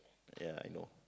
ya I know